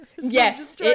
yes